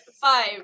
five